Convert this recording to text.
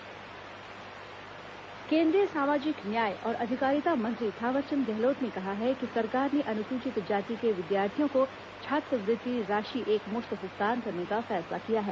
छात्रवृत्ति भुगतान केंद्रीय सामाजिक न्याय और अधिकारिता मंत्री थावरचंद गहलोत ने कहा है कि सरकार ने अनुसूचित जाति के विद्यार्थियों को छात्रवृति राशि एकमुश्त भुगतान करने का फैसला किया है